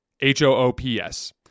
H-O-O-P-S